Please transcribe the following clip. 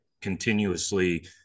continuously